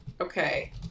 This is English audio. Okay